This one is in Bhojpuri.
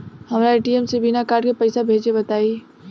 हमरा ए.टी.एम से बिना कार्ड के पईसा भेजे के बताई?